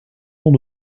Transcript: ton